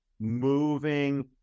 moving